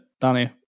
Danny